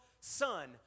Son